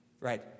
Right